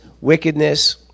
wickedness